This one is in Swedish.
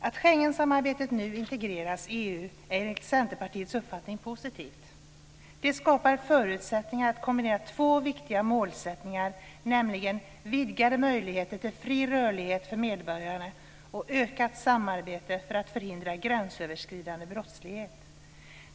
Att Schengensamarbetet nu integreras i EU är enligt Centerpartiets uppfattning positivt. Det skapar förutsättningar att kombinera två viktiga målsättningar, nämligen vidgade möjligheter till fri rörlighet för medborgarna och ökat samarbete för att förhindra gränsöverskridande brottslighet.